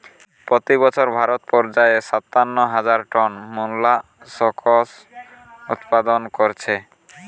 পোতি বছর ভারত পর্যায়ে সাতান্ন হাজার টন মোল্লাসকস উৎপাদন কোরছে